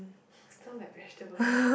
sound like Hashtable